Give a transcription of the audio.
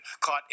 caught